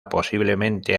posiblemente